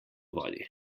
vodi